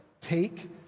take